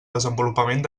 desenvolupament